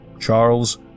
Charles